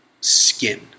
skin